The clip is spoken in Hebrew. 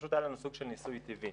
פשוט היה לנו סוג של ניסוי טבעי.